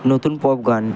নতুন পপ গান